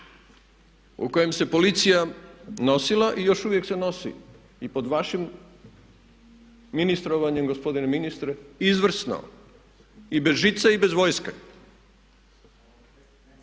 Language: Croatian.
u kojem se policija nosila i još uvijek se nosi i pod vašim ministrovanjem gospodine ministre izvrsno i bez žice i bez vojske,